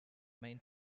main